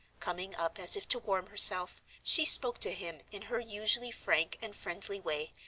coming up as if to warm herself, she spoke to him in her usually frank and friendly way,